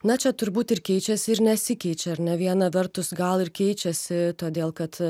na čia turbūt ir keičiasi ir nesikeičia ar ne viena vertus gal ir keičiasi todėl kad